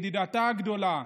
ידידתה הגדולה,